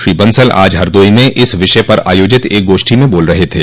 श्री बंसल आज हरदोई में इस विषय पर आयोजित एक गोष्ठी में बोल रहे थे